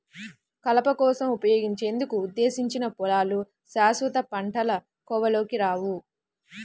కలప కోసం ఉపయోగించేందుకు ఉద్దేశించిన పొలాలు శాశ్వత పంటల కోవలోకి రావు